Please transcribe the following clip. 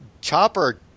Chopper